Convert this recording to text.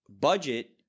budget